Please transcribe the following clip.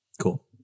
Cool